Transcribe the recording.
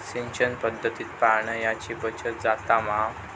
सिंचन पध्दतीत पाणयाची बचत जाता मा?